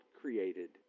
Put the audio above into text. created